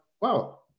wow